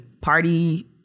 party